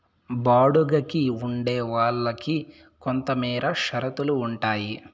బాడుగికి ఉండే వాళ్ళకి కొంతమేర షరతులు ఉంటాయి